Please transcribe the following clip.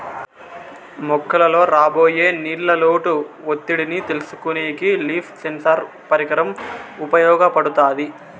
మొక్కలలో రాబోయే నీళ్ళ లోటు ఒత్తిడిని తెలుసుకొనేకి లీఫ్ సెన్సార్ పరికరం ఉపయోగపడుతాది